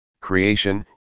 creation